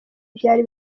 byari